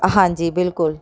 ਹਾਂਜੀ ਬਿਲਕੁਲ